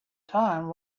time